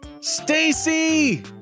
Stacy